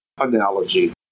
analogy